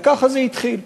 וככה זה התחיל.